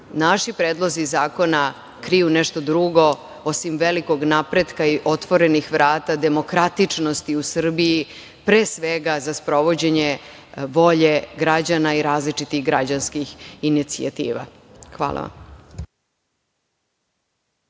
naši predlozi zakona kriju nešto drugo, osim velikog napretka i otvorenih vrata demokratičnosti u Srbiji, pre svega za sprovođenje volje građana i različitih građanskih inicijativa. Hvala vam.